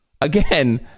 again